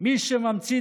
קנסות?